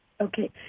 Okay